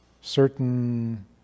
certain